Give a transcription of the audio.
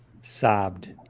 sobbed